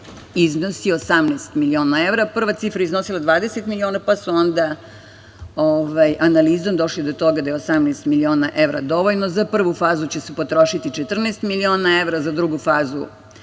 iznosi 18 miliona evra. Prva cifra je iznosila 20 miliona, pa su onda analizom došli do toga da je 18 miliona evra dovoljno. Za prvu fazu će se potrošiti 14 miliona evra, za drugu fazu